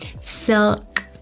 silk